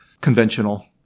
conventional